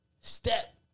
step